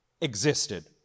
existed